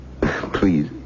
please